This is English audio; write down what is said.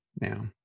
now